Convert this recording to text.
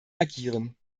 agieren